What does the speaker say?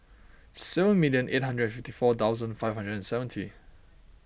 seven million eight hundred fifty four thousand five hundred and seventy